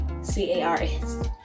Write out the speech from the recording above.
c-a-r-s